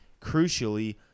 crucially